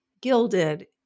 gilded